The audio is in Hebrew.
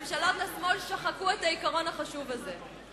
ממשלות השמאל שחקו את העיקרון החשוב הזה.